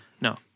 No